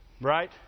Right